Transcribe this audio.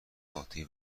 عاطفی